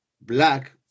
black